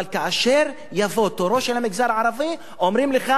אבל כאשר יבוא תורו של המגזר הערבי אומרים לך: